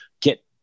get